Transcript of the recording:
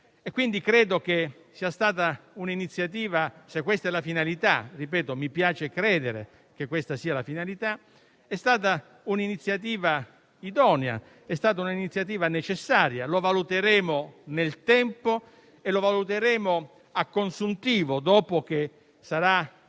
credere - è stata un'iniziativa idonea e necessaria, e lo valuteremo nel tempo e lo valuteremo a consuntivo, dopo che sarà portato